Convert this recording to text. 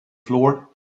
floor